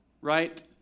Right